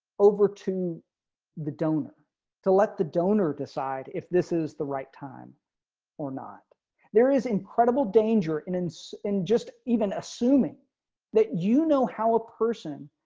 over to the donor to let the donor decide if this is the right time or not there is incredible danger in in so in just even assuming that you know how a person